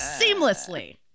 seamlessly